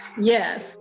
Yes